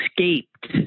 escaped